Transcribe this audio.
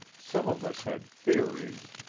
some of us had theories.